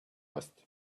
must